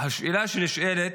השאלה שנשאלת: